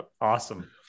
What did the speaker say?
Awesome